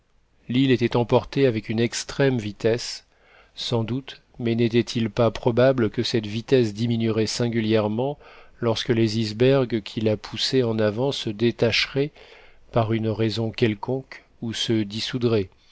l'île était emportée avec une extrême vitesse sans doute mais n'était-il pas probable que cette vitesse diminuerait singulièrement lorsque les icebergs qui la poussaient en avant se détacheraient par une raison quelconque ou se